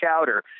chowder